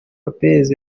lopez